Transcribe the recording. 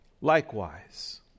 Likewise